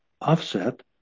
offset